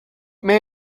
may